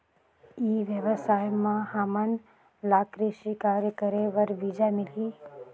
ई व्यवसाय म हामन ला कृषि कार्य करे बर बीजा मिलही?